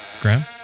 Graham